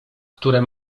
które